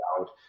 out